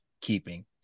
keeping